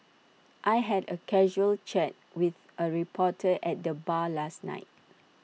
I had A casual chat with A reporter at the bar last night